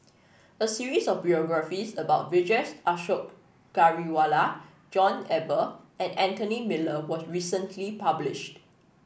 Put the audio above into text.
a series of biographies about Vijesh Ashok Ghariwala John Eber and Anthony Miller was recently published